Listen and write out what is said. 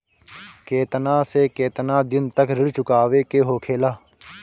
केतना से केतना दिन तक ऋण चुकावे के होखेला?